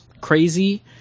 crazy